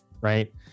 Right